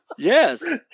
Yes